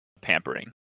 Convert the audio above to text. pampering